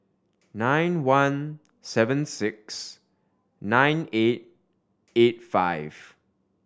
nine one seven six nine eight eight five